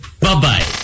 Bye-bye